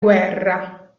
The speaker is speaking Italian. guerra